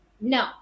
No